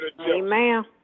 Amen